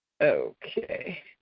Okay